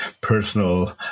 personal